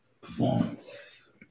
performance